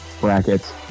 brackets